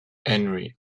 henry